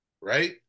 right